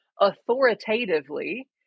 authoritatively